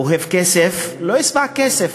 אוהב כסף לא ישבע כסף.